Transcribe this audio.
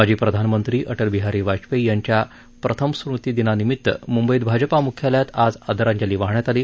माजी प्रधानमंत्री अटल बिहारी वाजपेयी यांच्या प्रथम स्मृतीदिनानिमित मृंबईत भाजपा म्ख्यालयात आज आदरांजली वाहण्यात आली